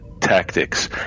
tactics